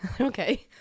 Okay